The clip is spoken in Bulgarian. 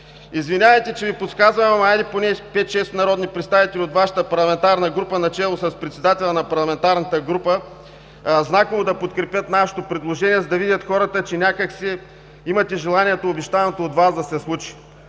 Извинявайте, че Ви подсказвам но хайде поне 5-6 народни представители от Вашата парламентарна група, начело с председателя на парламентарната група знаково да подкрепят нашето предложение, за да видят хората, че някак си имате желание обещаното от Вас да се случи,